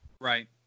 Right